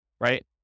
right